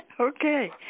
Okay